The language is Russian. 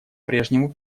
прежнему